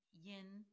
yin